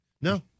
no